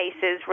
cases